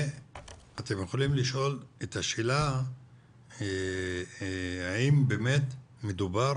ואתם יכולים לשאול את השאלה האם באמת מדובר